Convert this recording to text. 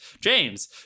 James